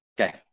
Okay